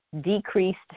decreased